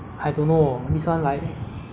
I only eat there one time before lah so